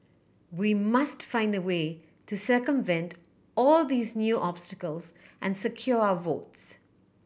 we must find a way to circumvent all these new obstacles and secure our votes